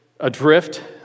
adrift